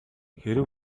хэрэв